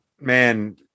man